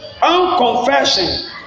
Unconfession